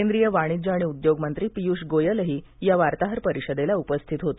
केंद्रीय वाणिज्य आणि उद्योग मंत्री पियूष गोयलही या वार्ताहर परिषदेला उपस्थित होते